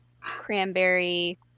cranberry